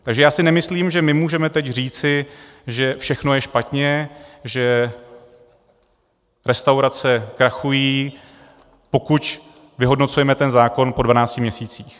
Takže já si nemyslím, že my můžeme teď říct, že všechno je špatně, že restaurace krachují, pokud vyhodnocujeme ten zákon po 12 měsících.